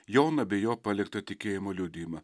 joną bei jo paliktą tikėjimo liudijimą